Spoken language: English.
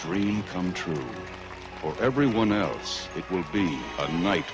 dream come true for everyone else it would be a night